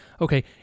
okay